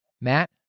Matt